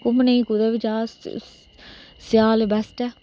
घूमने गी कुतै बी जाह्चै अस स्आल बेस्ट ऐ